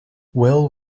will